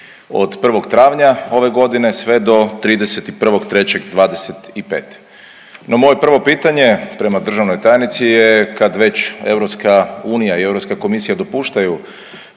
od 1. travnja ove godine sve do 31.3.2025.. No moje prvo pitanje prema državnoj tajnici je, kad već EU i Europska